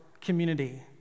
community